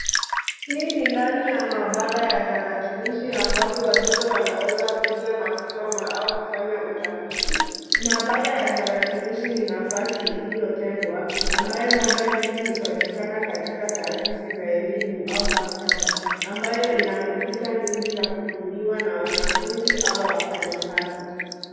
Hii ni ndani ya maabara ya tarakilishi ambapo watoto wanaweza kuja kusoma au kufanya utafiti. Maabara ya tarakilishi ni nafasi iliyotengwa ambayo mara nyingi hupatikana katika taasisi za elimu wa maktaba ambayo ina kompyuta nyingi za kutumiwa na wanafunzi au wafanyikazi.